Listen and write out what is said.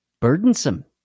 burdensome